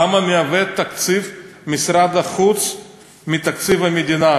כמה מהווה תקציב משרד החוץ מתקציב המדינה?